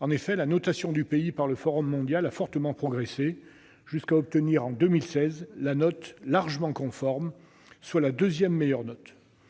En effet, la notation du pays par le Forum mondial a fortement progressé, jusqu'à atteindre en 2016 la note « largement conforme », soit la deuxième meilleure note.